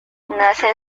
nace